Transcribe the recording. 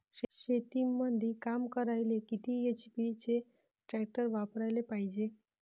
शेतीमंदी काम करायले किती एच.पी चे ट्रॅक्टर वापरायले पायजे?